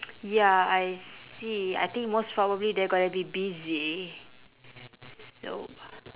ya I see I think most probably they're gonna be busy so